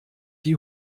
die